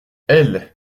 elles